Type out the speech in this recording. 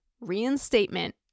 Reinstatement